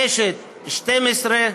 קשת, 12,